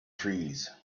trees